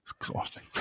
exhausting